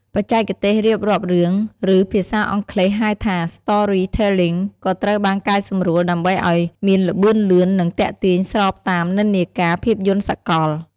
បច្ចេកទេសរៀបរាប់រឿង ឬភាសាអង់គ្លេសហៅថា storytelling ក៏ត្រូវបានកែសម្រួលដើម្បីឲ្យមានល្បឿនលឿន និងទាក់ទាញស្របតាមនិន្នាការភាពយន្តសកល។